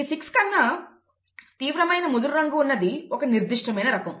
ఈ 6 కన్నా తీవ్రమైన ముదురురంగు ఉన్నది ఒక నిర్దిష్టమైన రకం